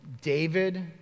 David